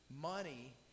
money